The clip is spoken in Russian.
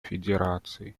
федерации